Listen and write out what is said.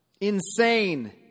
Insane